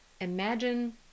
imagine